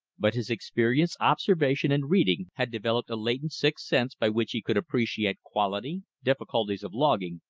but his experience, observation, and reading had developed a latent sixth sense by which he could appreciate quality, difficulties of logging,